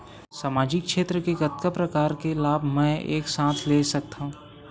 सामाजिक क्षेत्र के कतका प्रकार के लाभ मै एक साथ ले सकथव?